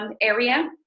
area